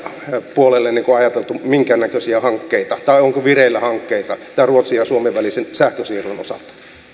puolelle ajateltu minkäännäköisiä hankkeita tai onko vireillä hankkeita ruotsin ja suomen välisen sähkönsiirron osalta